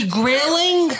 grilling